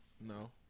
No